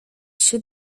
się